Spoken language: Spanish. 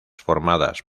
formadas